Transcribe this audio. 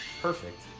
Perfect